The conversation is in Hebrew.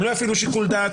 הם לא יפעילו שיקול דעת,